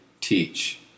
teach